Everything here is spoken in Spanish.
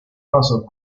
pasos